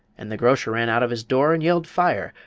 and the grocer ran out of his door and yelled fire!